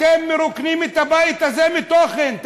אתם מרוקנים את הבית הזה מתוכן.